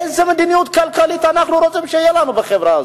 איזו מדיניות כלכלית אנחנו רוצים שתהיה לנו בחברה הזאת?